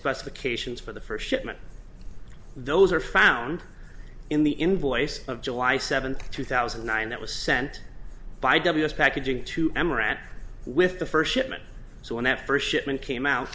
specifications for the first shipment those are found in the invoice of july seventh two thousand and nine that was sent by packaging to amaranth with the first shipment so when that first shipment came out